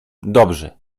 dobrze